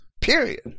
period